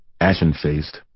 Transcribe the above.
ashen-faced